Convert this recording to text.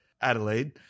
Adelaide